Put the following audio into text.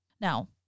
Now